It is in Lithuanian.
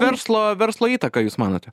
verslo verslo įtaka jūs manote